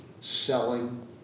selling